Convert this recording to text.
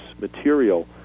material